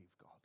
God